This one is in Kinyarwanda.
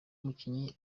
mukinnyi